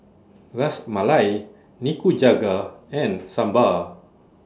Ras Malai Nikujaga and Sambar